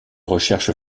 recherches